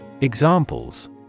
Examples